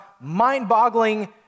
mind-boggling